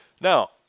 now